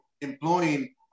employing